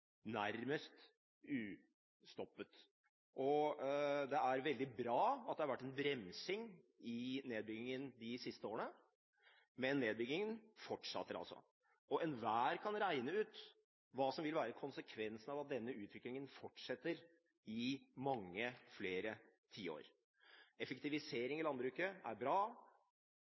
nærmest uten stopp. Det er veldig bra at det har vært en oppbremsing i nedbyggingen de siste årene, men nedbyggingen fortsetter altså. Og enhver kan regne ut hva som vil være konsekvensene av at denne utviklingen fortsetter i mange flere tiår. Effektivisering i landbruket er bra,